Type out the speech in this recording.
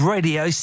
Radio